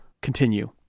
continue